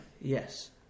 Yes